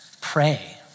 Pray